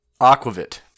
Aquavit